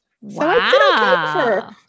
Wow